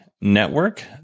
network